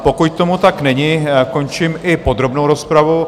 Pokud tomu tak není, končím i podrobnou rozpravu.